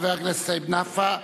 חבר הכנסת סעיד נפאע.